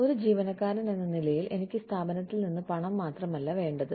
ഒരു ജീവനക്കാരൻ എന്ന നിലയിൽ എനിക്ക് സ്ഥാപനത്തിൽ നിന്ന് പണം മാത്രമല്ല വേണ്ടത്